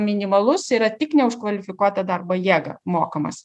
minimalus yra tik ne už kvalifikuotą darbo jėgą mokamas